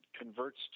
converts